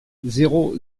zéro